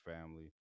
family